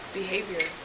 behavior